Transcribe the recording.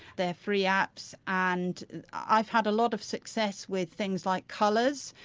they're free apps and i've had a lot of success with things like colours,